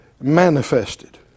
manifested